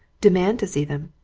demand to see them!